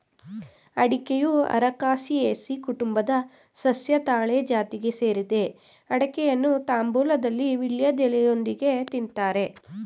ಅಡಿಕೆಯು ಅರಕಾಸಿಯೆಸಿ ಕುಟುಂಬದ ಸಸ್ಯ ತಾಳೆ ಜಾತಿಗೆ ಸೇರಿದೆ ಅಡಿಕೆಯನ್ನು ತಾಂಬೂಲದಲ್ಲಿ ವೀಳ್ಯದೆಲೆಯೊಂದಿಗೆ ತಿನ್ತಾರೆ